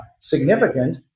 significant